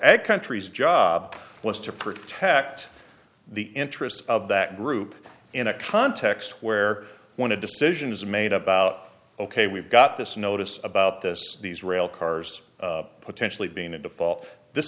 ed countries job was to protect the interests of that group in a context where when a decision is made about ok we've got this notice about this these rail cars potentially being a default this